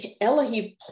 Elohim